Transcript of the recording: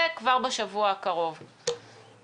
אנחנו בני זוג, מישהו שמזמין אותך מבפנים.